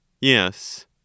yes